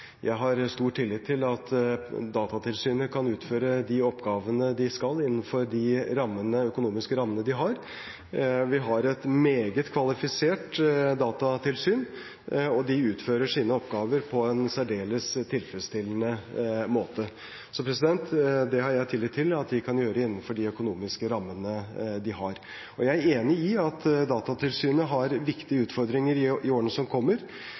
Jeg har stor tillit til at Datatilsynet kan utføre de oppgavene de skal, innenfor de økonomiske rammene de har. Vi har et meget kvalifisert datatilsyn, og de utfører sine oppgaver på en særdeles tilfredsstillende måte. Så det har jeg tillit til at de kan gjøre innenfor de økonomiske rammene de har. Jeg er enig i at Datatilsynet har viktige utfordringer i årene som kommer.